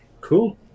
cool